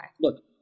Look